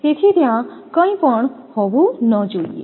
તેથી ત્યાં કંઈપણ હોવું ન જોઈએ